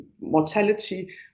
mortality